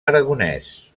aragonès